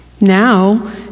now